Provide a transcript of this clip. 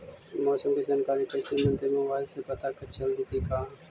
मौसम के जानकारी कैसे मिलतै मोबाईल से पता चल जितै का?